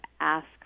ask